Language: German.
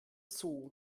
zoo